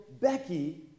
Becky